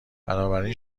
بنابراین